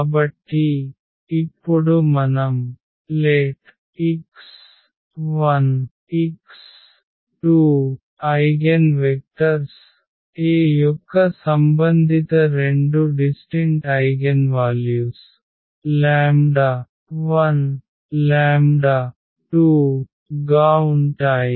కాబట్టి ఇప్పుడు మనం let x1x2 eigenvectors A యొక్క సంబంధిత రెండు డిస్టింట్ ఐగెన్వాల్యుస్ 12 గా ఉంటాయి